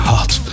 Hot